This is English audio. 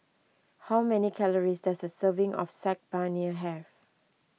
how many calories does a serving of Saag Paneer have